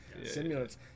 simulants